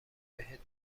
بهت